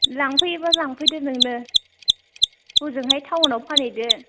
लांफैयोबा लांफैदो नोंनो हजोंहाय टाउनाव फानहैदो